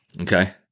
Okay